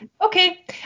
Okay